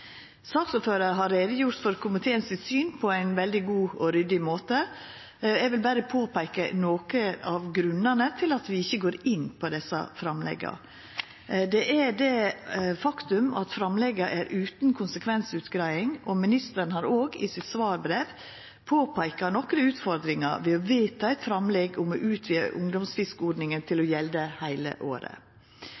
Saksordføraren har greidd ut om synet til komiteen på ein veldig god og ryddig måte, og eg vil berre peika på nokre av grunnane til at vi ikkje går inn på desse framlegga. Det har å gjera med det faktum at framlegga er utan konsekvensutgreiing, og ministeren har i sitt svarbrev òg peika på nokre utfordringar ved å vedta eit framlegg om å utvida ungdomsfiskeordninga til å